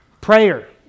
Prayer